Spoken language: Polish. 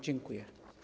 Dziękuję.